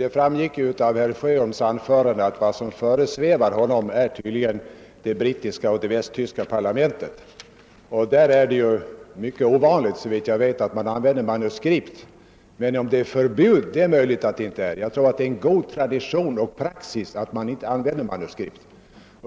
Herr talman! Av herr Sjöholms anförande framgick att vad som föresvävar honom är ordningen i de brittiska och västtyska parlamenten, där talarna mycket sällan använder manuskript. Men om det finns ett förbud vet jag inte. Det är möjligt att det i stället är en god tradition och praxis att inte använda manuskript.